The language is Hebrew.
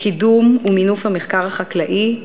לקידום ומינוף של המחקר החקלאי.